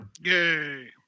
Yay